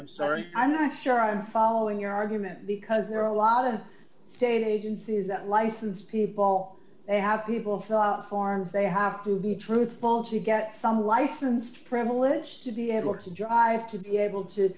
i'm sorry i'm not sure i'm following your argument because there are a lot of state agencies that license people they have people thought forms they have to be truthful to get some license prevalence to be able to drive to be able to